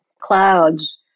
clouds